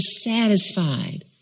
satisfied